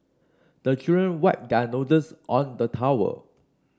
the children wipe their noses on the towel